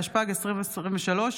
התשפ"ג 2023,